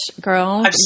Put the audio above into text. Girls